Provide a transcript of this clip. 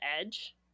edge